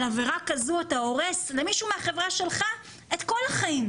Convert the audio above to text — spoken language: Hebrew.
על עבירה כזו אתה הורס למישהו מהחברה שלך את כל החיים.